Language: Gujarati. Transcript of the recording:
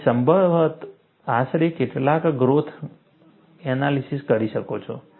તમે સંભવત આશરે કેટલાક ક્રેક ગ્રોથ એનાલિસીસ કરી શકો છો